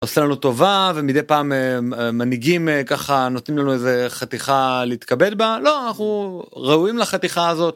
עושה לנו טובה ומדי פעם מנהיגים ככה נותנים לנו איזה חתיכה להתקבל בה לא אנחנו ראויים לחתיכה הזאת.